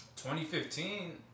2015